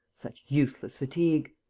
such useless fatigue!